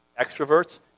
extroverts